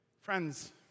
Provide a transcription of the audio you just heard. friends